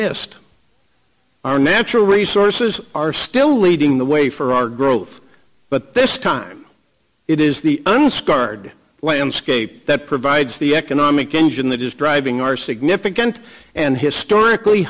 missed our natural resources are still leading the way for our growth but this time it is the unscarred landscape that provides the economic engine that is driving our significant and historically